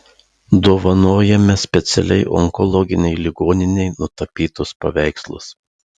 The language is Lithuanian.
dovanojame specialiai onkologinei ligoninei nutapytus paveikslus